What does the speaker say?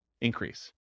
increase